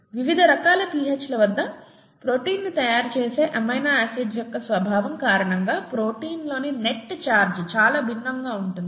వివిధ రకాల pHల వద్ద ప్రోటీన్ను తయారు చేసే అమైనో ఆసిడ్స్ యొక్క స్వభావం కారణంగా ప్రోటీన్లోని నెట్ ఛార్జ్ చాలా భిన్నంగా ఉంటుంది